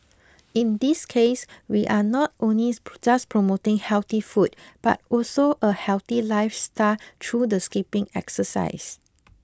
in this case we are not just promoting healthy food but also a healthy lifestyle through the skipping exercise